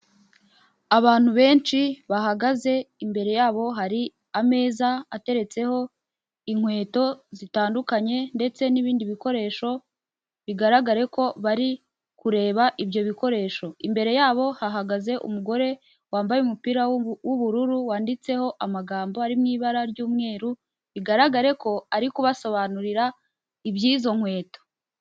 Abantu benshi bahagaze imbere yabo hari ameza ateretseho inkweto zitandukanye ndetse n'ibindi bikoresho bigaragare ko bari kureba ibyo bikoresho, imbere yabo hahagaze umugore wambaye umupira w'ubururu wanditseho amagambo ari mu ibara ry'umweru bigaragare ko ari kubasobanurira iby'izo nkweto.